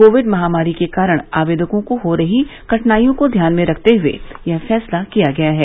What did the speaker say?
Covid महामारी के कारण आवेदकों को हो रही कठिनाइयों को ध्यान में रखते हुए यह फैसला किया गया है